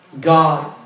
God